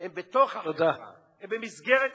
הן בתוך החברה, הן במסגרת החברה,